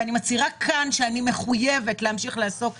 אני מצהירה כאן שאני מחויבת להמשיך לעסוק בזה.